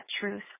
truth